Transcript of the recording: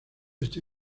este